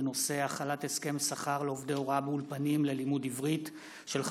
בנושא: השלמת פערים בשנת הלימודים תשפ"ב לתלמידים